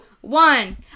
one